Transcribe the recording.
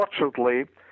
unfortunately